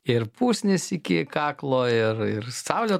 ir pusnys iki kaklo ir ir saulė